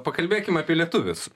pakalbėkim apie lietuvius